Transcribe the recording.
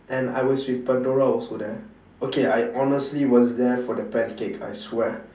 and I was with pandora also there okay I honestly was there for the pancake I swear